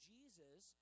Jesus